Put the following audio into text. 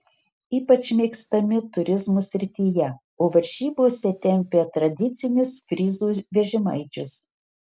ypač mėgstami turizmo srityje o varžybose tempia tradicinius fryzų vežimaičius